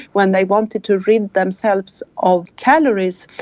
when they wanted to rid themselves of calories,